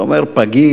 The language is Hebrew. אתה אומר "פגים"?